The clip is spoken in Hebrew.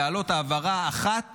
לעלות העברה אחת